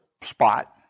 spot